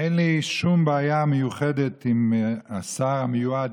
אין לי שום בעיה מיוחדת עם השר המיועד